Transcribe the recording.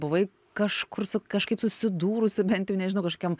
buvai kažkur su kažkaip susidūrusi bent jau nežinau kažkokiam